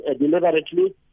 deliberately